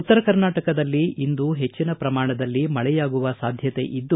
ಉತ್ತರ ಕರ್ನಾಟಕದಲ್ಲಿ ಇಂದು ಹೆಚ್ಚಿನ ಪ್ರಮಾಣದಲ್ಲಿ ಮಕೆಯಾಗುವ ಸಾಧ್ಯತೆ ಇದೆ